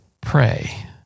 pray